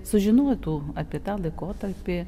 sužinotų apie tą laikotarpį